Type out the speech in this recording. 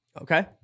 Okay